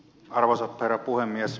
arvoisa herra puhemies